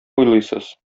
уйлыйсыз